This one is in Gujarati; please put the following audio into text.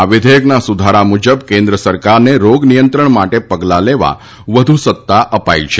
આ વિઘેયકના સુધારા મુજબ કેન્દ્ર સરકારને રોગનિયંત્રણ માટે પગલાં લેવા વધુ સત્તા અપાઈ છે